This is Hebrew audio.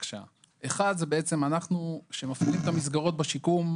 אחת, כשמפעילים את המסגרות בשיקום,